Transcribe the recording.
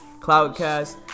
Cloudcast